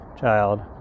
child